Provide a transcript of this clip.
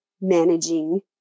managing